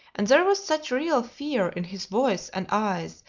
and there was such real fear, in his voice and eyes,